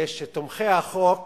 זה שתומכי החוק